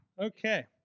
Okay